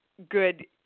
good